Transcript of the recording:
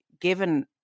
given